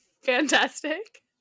Fantastic